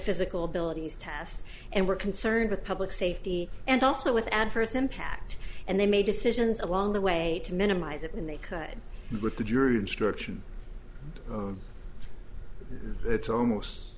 physical abilities test and were concerned with public safety and also with adverse impact and they made decisions along the way to minimize it when they could with the jury instruction it's almost